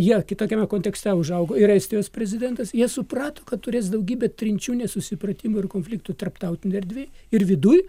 jie kitokiame kontekste užaugo ir estijos prezidentas jie suprato kad turės daugybę trinčių nesusipratimų ir konfliktų tarptautinėj erdvėj ir viduj